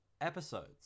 episodes